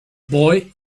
boy